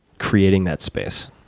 creating that space?